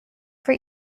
for